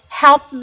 help